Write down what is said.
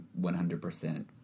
100%